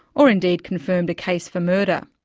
or indeed confirmed a case for murder.